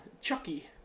Chucky